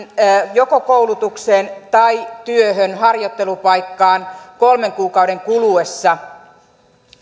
joko koulutukseen tai työhön harjoittelupaikkaan kolmen kuukauden kuluessa